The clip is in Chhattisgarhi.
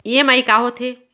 ई.एम.आई का होथे?